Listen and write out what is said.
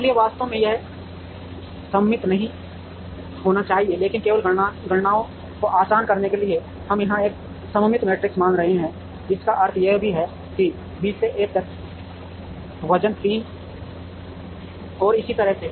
इसलिए वास्तव में यह सममित नहीं होना चाहिए लेकिन केवल गणनाओं को आसान बनाने के लिए हम यहां एक सममित मैट्रिक्स मान रहे हैं जिसका अर्थ यह भी है कि B से A तक वजन 3 और इसी तरह है